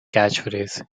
catchphrase